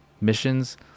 missions